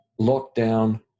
lockdown